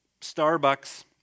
Starbucks